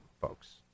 folks